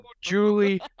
Julie